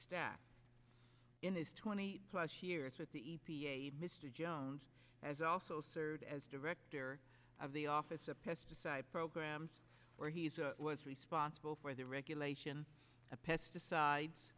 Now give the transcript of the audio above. staff in his twenty plus years with the e p a mr jones has also served as director of the office of pesticide programs where he's was responsible for the regulation of pesticides